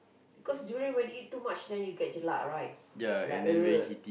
cause durian when you eat too much then you get jelak right like ugh